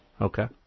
Okay